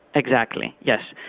exactly, yes.